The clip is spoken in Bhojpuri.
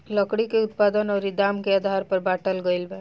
लकड़ी के उत्पादन अउरी दाम के आधार पर बाटल गईल बा